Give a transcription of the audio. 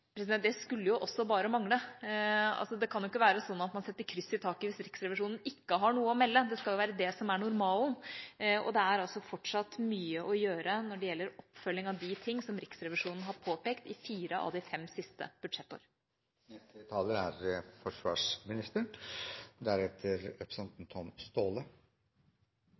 Det skulle jo også bare mangle. Det kan ikke være sånn at man setter kryss i taket hvis Riksrevisjonen ikke har noe å melde – det skal jo være det som er normalen. Det er fortsatt mye å gjøre når det gjelder oppfølging av de ting som Riksrevisjonen har påpekt i fire av de fem siste budsjettår. Det er